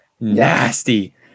Nasty